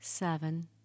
Seven